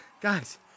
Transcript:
guys